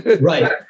Right